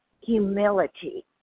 humility